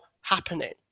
happening